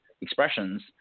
expressions